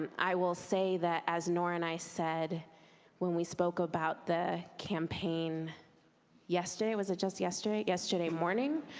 i will say that as nora and i said when we spoke about the campaign yesterday, was it just yesterday? yesterday morning?